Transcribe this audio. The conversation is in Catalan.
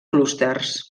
clústers